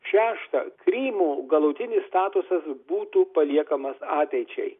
šešta krymo galutinis statusas būtų paliekamas ateičiai